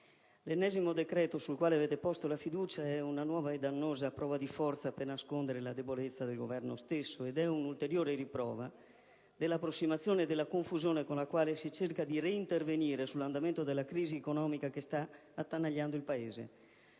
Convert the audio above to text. l'ennesimo decreto-legge sul quale avete posto la fiducia è una nuova prova di forza per nascondere la debolezza dell'Esecutivo ed è l'ulteriore riprova dell'approssimazione e della confusione con la quale si cerca di intervenire nuovamente sull'andamento della crisi economica che sta attanagliando il Paese.